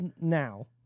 now